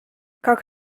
как